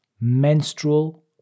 menstrual